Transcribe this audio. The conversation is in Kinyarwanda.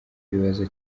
ibibazo